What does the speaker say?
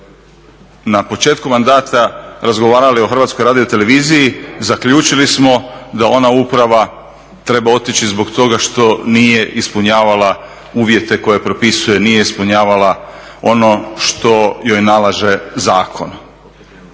na početku mandata razgovarali o HRT-u zaključili smo da ona uprava treba otići zbog toga što nije ispunjavala uvjete koje propisuje, nije ispunjavala ono što joj nalaže zakon.